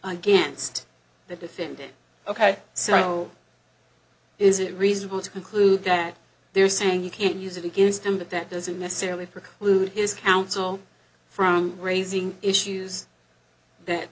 against the defendant ok so is it reasonable to conclude that they're saying you can't use it against him but that doesn't necessarily preclude his counsel from raising issues that